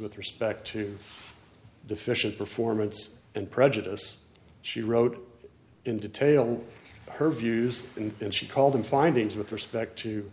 with respect to deficient performance and prejudice she wrote in detail her views and then she called them findings with respect to